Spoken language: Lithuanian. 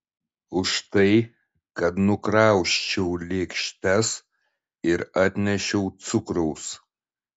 už tai kad nukrausčiau lėkštes ir atnešiau cukraus